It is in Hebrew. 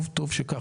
טוב, טוב שכך.